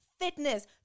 fitness